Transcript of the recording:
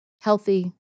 healthy